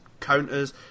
counters